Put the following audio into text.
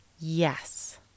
Yes